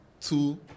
two